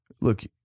look